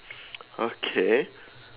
okay